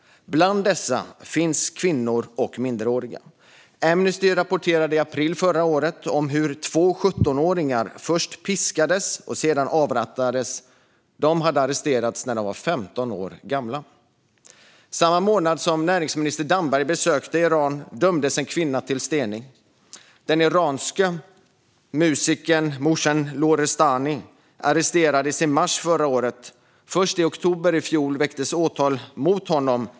Bland dessa finns kvinnor och minderåriga. Amnesty rapporterade i april förra året om hur två 17-åringar först piskades och sedan avrättades. De hade arresterats när de var 15 år gamla. Samma månad som näringsminister Damberg besökte Iran dömdes en kvinna till stening. Den iranske musikern Mohsen Lorestani arresterades i mars förra året. Först i oktober i fjol väcktes åtal mot honom.